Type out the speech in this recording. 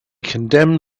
condemned